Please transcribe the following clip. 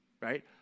right